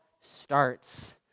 starts